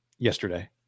Yesterday